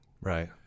Right